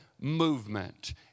movement